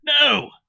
No